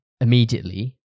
immediately